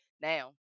now